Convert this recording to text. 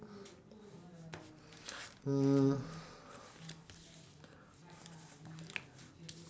mm